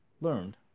learned